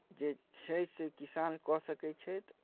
जे छै से किसान कऽ सकै छथि